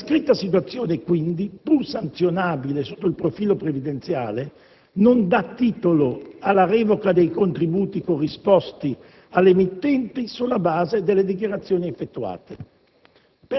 La descritta situazione, quindi, pur sanzionabile sotto il profilo previdenziale, non dà titolo alla revoca dei contributi corrisposti all'emittente sulla base delle dichiarazioni effettuate.